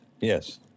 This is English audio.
yes